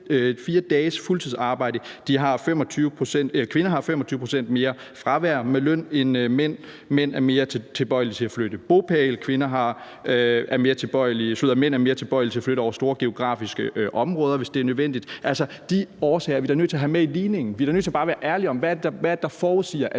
kvinder har 25 pct. mere fravær med løn end mænd, at mænd er mere tilbøjelige til at flytte bopæl, og at mænd er mere tilbøjelige til at flytte over store geografiske afstande, hvis det er nødvendigt. Altså, de årsager er vi da nødt til at have med i ligningen. Vi er da nødt til at være ærlige omkring, hvad det er, der forudsiger,